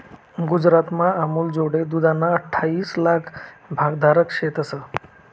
गुजरातमा अमूलजोडे दूधना अठ्ठाईस लाक भागधारक शेतंस